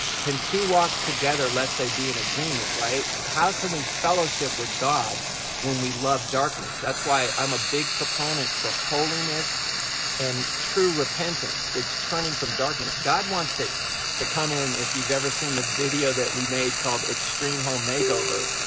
can two walk together, lest they be in agreement right? how can we fellowship with god when we love darkness? that's why i'm a big proponent for holiness and true repentance it's turning from darkness. god wants to to come in. if you've ever seen the video that we made, called extreme home makeover.